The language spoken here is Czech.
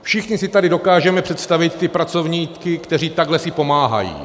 Všichni si tady dokážeme představit ty pracovníky, kteří si takhle pomáhají.